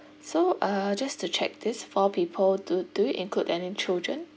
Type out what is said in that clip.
so uh just to check this four people do do you include any children